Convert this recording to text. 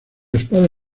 espada